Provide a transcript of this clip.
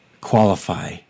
qualify